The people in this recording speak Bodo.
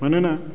मानोना